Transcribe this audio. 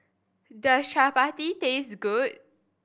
does Chapati taste good